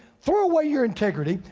throw away your integrity.